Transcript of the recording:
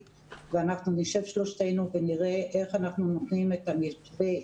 ואנחנו נשב שלושתנו ונראה איך אנחנו נותנים את ---,